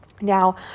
Now